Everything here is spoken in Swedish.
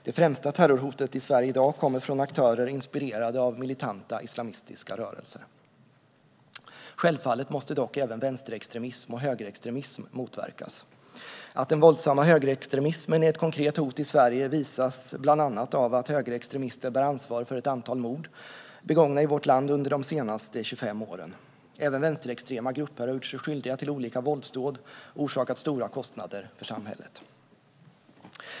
Det främsta terrorhotet i Sverige i dag kommer från aktörer inspirerade av militanta islamistiska rörelser. Självfallet måste dock även vänsterextremism och högerextremism motverkas. Att den våldsamma högerextremismen är ett konkret hot i Sverige visas bland annat av att högerextremister bär ansvar för ett antal mord begångna i vårt land under de senaste 25 åren. Även vänsterextrema grupper har gjort sig skyldiga till olika våldsdåd och orsakat stora kostnader för samhället.